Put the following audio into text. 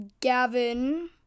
Gavin